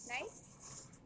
Nice